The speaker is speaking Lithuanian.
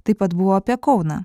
taip pat buvo apie kauną